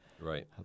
Right